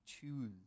choose